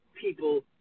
people